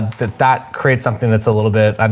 that that creates something that's a little bit, um,